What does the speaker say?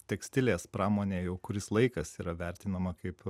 tekstilės pramonė jau kuris laikas yra vertinama kaip